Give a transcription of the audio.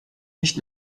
nicht